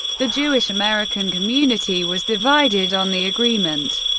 the jewish american community was divided on the agreement.